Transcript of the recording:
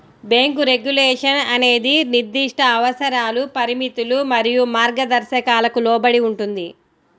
bank regulation అనేది నిర్దిష్ట అవసరాలు, పరిమితులు మరియు మార్గదర్శకాలకు లోబడి ఉంటుంది,